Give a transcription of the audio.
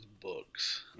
books